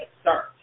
start